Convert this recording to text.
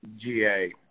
GA